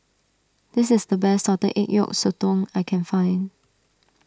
this is the best Salted Egg Yolk Sotong I can find